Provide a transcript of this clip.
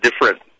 different